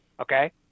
okay